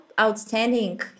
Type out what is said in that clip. outstanding